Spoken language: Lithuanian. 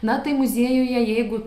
na tai muziejuje jeigu